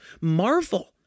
marvel